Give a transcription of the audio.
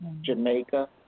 Jamaica